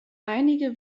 einige